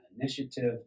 initiative